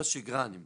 בשגרה אני מדבר.